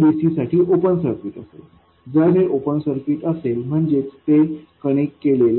dc साठी open circuit असेल जर हे ओपन सर्किट असेल म्हणजेच ते कनेक्ट केलेले नाही